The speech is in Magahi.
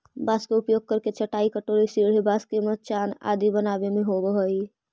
बाँस के उपयोग करके चटाई, टोकरी, सीढ़ी, बाँस के मचान आदि बनावे में होवऽ हइ